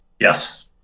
Yes